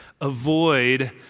Avoid